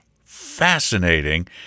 fascinating